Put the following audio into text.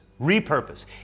repurpose